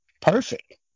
Perfect